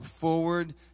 forward